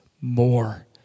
more